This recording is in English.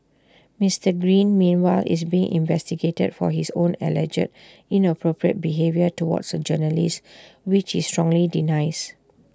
Mister green meanwhile is being investigated for his own alleged inappropriate behaviour towards A journalist which he strongly denies